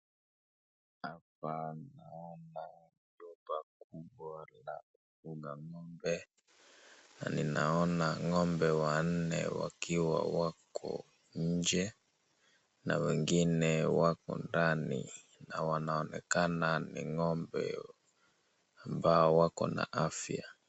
Hapa naona duka kubwa la kufuga ng'ombe, na ninaona ng'ombe wanne wakiwa wako nje, na wengine wako ndani na wanaonekana ni ng'ombe ambao wako na afya.